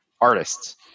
artists